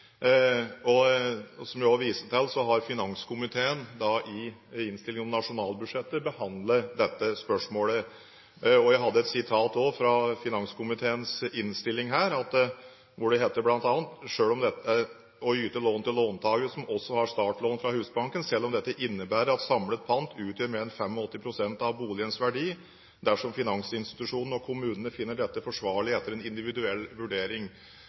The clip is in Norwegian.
og som jeg også viste til, har finanskomiteen i innstillingen om nasjonalbudsjettet behandlet dette spørsmålet. Jeg hadde også et sitat fra finanskomiteens innstilling, hvor det bl.a. heter at man kan «yte lån til låntakere som også har startlån fra Husbanken, selv om dette innebærer at samlet pant utgjør mer enn 85 pst. av boligens verdi, dersom finansinstitusjonene og kommunene finner dette forsvarlig etter en individuell vurdering».